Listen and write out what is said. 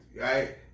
Right